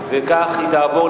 התשס"ט 2009,